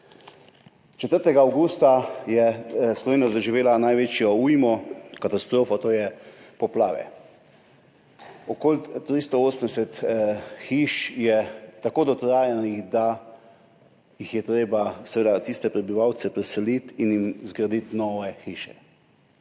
4. Avgusta je Slovenija doživela največjo ujmo, katastrofa, to je poplave. Okoli 380 hiš je tako dotrajanih, da jih je treba seveda na tiste prebivalce preseliti in jim zgraditi nove hiše.